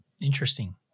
Interesting